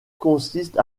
consiste